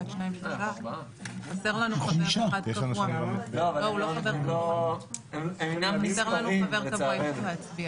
חסר לנו חבר קבוע, אי-אפשר להצביע.